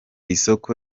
isoko